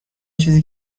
چیزی